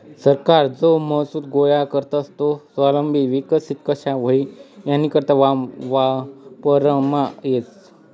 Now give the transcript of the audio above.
सरकार जो महसूल गोया करस तो देश स्वावलंबी विकसित कशा व्हई यानीकरता वापरमा येस